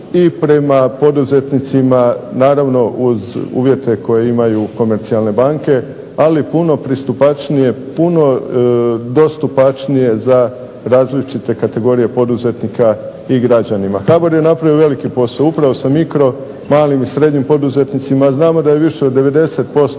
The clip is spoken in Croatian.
i prema poduzetnicima, naravno uz uvjete koje imaju komercijalne banke, ali puno pristupačnije, puno dostupačnije za različite kategorije poduzetnika i građanima. HBOR je napravio veliki posao, upravo sa mikro malim i srednjim poduzetnicima, a znamo da je više od 90%